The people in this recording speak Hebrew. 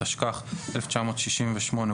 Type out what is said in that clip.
התשכ"ח-1968,